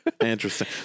Interesting